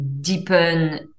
deepen